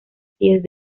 pies